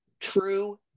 true